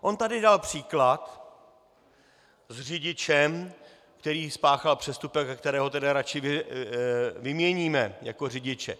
On tady dal příklad s řidičem, který spáchal přestupek a kterého tedy raději vyměníme jako řidiče.